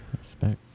Respect